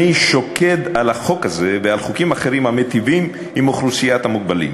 אני שוקד על החוק הזה ועל חוקים אחרים המיטיבים עם אוכלוסיית המוגבלים,